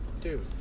dude